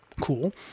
Cool